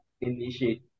initiate